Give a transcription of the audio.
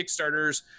Kickstarters